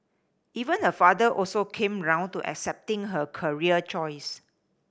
even her father also came round to accepting her career choice